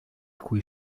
cui